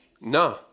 no